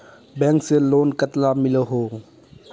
Bank से loan कतला मिलोहो?